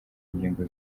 ingingo